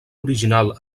original